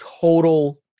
total